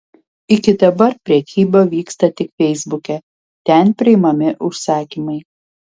iki dabar prekyba vyksta tik feisbuke ten priimami užsakymai